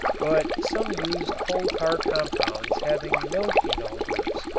but some use coal-tar compounds having no phenol groups,